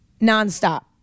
nonstop